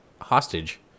hostage